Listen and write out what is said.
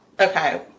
Okay